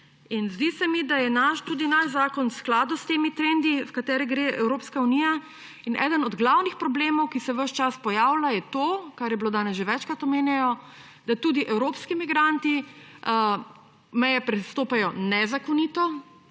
zdi se mi, da je tudi naš zakon v skladu s temi trendi, v katere gre Evropska unija, in eden od glavnih problemov, ki se ves čas pojavlja, je ta, kar je bilo danes že večkrat omenjeno, da tudi evropski migranti meje prestopajo nezakonito.